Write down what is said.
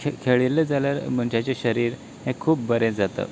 खे खेळिल्ले जाल्यार मनशाचे शरीर हें खूब बरें जाता